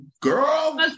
girl